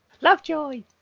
Lovejoy